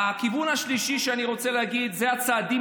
הכיוון השלישי שאני רוצה לדבר עליו זה הצעדים